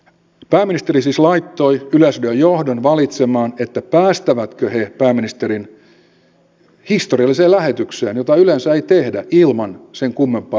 pääministeri siis laittoi yleisradion johdon valitsemaan että päästävätkö he pääministerin hyvin dramaattisesti historialliseen suoraan lähetykseen jota yleensä ei tehdä ilman sen kummempaa